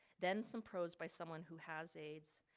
then some prose by someone who has aids.